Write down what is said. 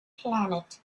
planet